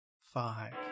five